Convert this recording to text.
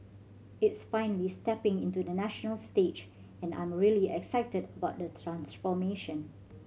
it's finally stepping into the national stage and I'm really excited about the transformation